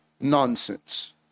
nonsense